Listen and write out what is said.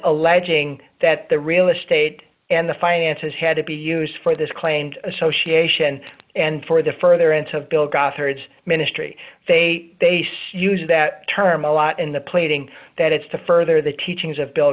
alleging that the real estate and the finances had to be used for this claimed association and for the further into bill gothard ministry they used that term a lot in the plaiting that it's to further the teachings of bill